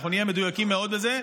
אנחנו נהיה מדויקים מאוד בזה.